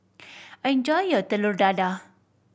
enjoy your Telur Dadah